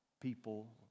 people